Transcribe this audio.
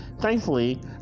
thankfully